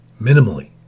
Minimally